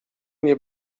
nie